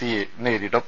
സിയെ നേരിടും